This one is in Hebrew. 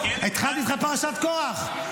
התחלתי איתך פרשת קרח.